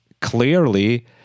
clearly